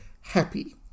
happy